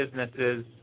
businesses